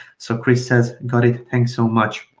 so chris says, got it, thanks so much.